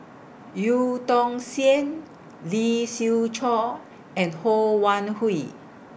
EU Tong Sen Lee Siew Choh and Ho Wan Hui